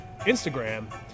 Instagram